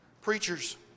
Preachers